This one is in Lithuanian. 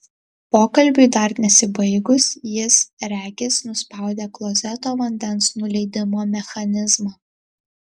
pokalbiui dar nesibaigus jis regis nuspaudė klozeto vandens nuleidimo mechanizmą